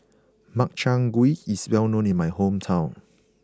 Makchang Gui is well known in my hometown